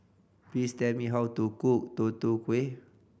please tell me how to cook Tutu Kueh